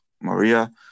Maria